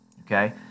okay